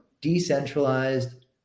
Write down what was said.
decentralized